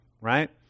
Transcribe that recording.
right